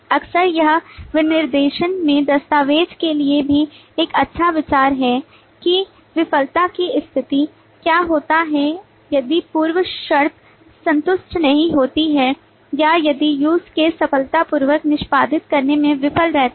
अक्सर यह विनिर्देशन में दस्तावेज़ के लिए भी एक अच्छा विचार है कि विफलता की स्थिति क्या होता है यदि पूर्व शर्त संतुष्ट नहीं होती है या यदि use case सफलतापूर्वक निष्पादित करने में विफल रहता है